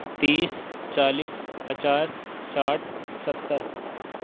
تیس چالیس پچاس ساٹھ ستر